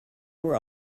were